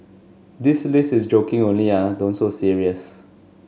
this list is joking only ah don't so serious